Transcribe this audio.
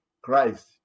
Christ